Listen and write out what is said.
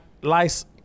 lice